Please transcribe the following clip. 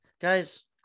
guys